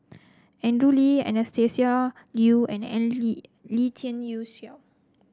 Andrew Lee Anastasia Liew and Lien Ying Chow